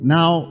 Now